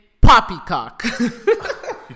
poppycock